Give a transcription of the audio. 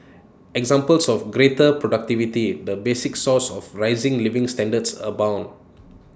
examples of greater productivity the basic source of rising living standards abound